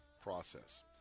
process